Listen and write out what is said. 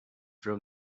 from